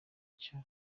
icyo